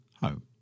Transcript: home